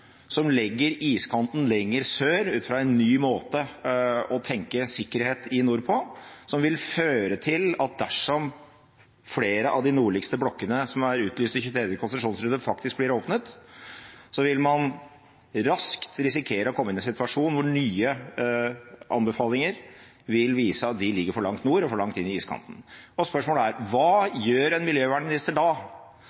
som legger iskanten lenger sør, ut fra en ny måte å tenke sikkerhet i nord på, som vil føre til at dersom flere av de nordligste blokkene som er utlyst i 23. konsesjonsrunde, faktisk blir åpnet, så vil man raskt risikere å komme i en situasjon hvor nye anbefalinger vil vise at de ligger for langt nord og for langt inn i iskanten. Så spørsmålet er: Hva gjør en miljøvernminister da?